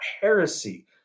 heresy